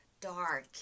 dark